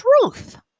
truth